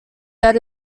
that